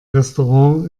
restaurant